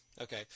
Okay